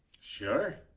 Sure